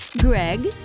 Greg